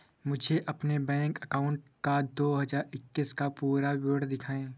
मुझे अपने bank account का दो हज़ार इक्कीस का पूरा विवरण दिखाएँ?